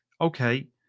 okay